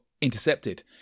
intercepted